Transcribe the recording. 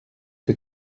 que